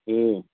ए